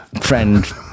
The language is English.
friend